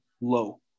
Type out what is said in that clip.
low